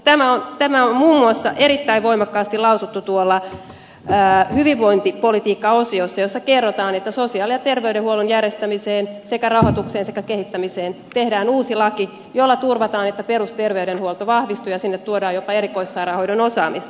tämä on muun muassa erittäin voimakkaasti lausuttu hyvinvointipolitiikkaosiossa jossa kerrotaan että sosiaali ja terveydenhuollon järjestämiseksi sekä rahoitusta että kehittämistä varten tehdään uusi laki jolla turvataan että perusterveydenhuolto vahvistuu ja sinne tuodaan jopa erikoissairaanhoidon osaamista